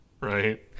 right